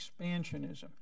expansionism